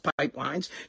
pipelines